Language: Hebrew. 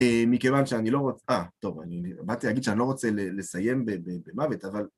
מכיוון שאני לא רוצה... טוב, אני באתי להגיד שאני לא רוצה לסיים במוות, אבל...